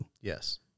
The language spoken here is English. Yes